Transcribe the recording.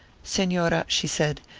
senora, she said,